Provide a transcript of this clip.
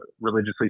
religiously